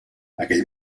aquell